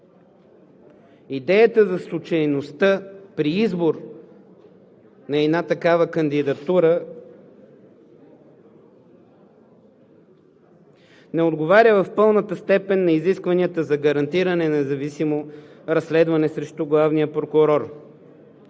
идеята за случайността при избор на една такава кандидатура не отговаря в пълната степен на изискванията за гарантиране на независимо разследване срещу главния прокурор.